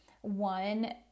one